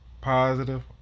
Positive